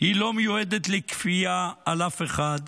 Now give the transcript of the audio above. לא מיועדת לכפייה על אף אחד,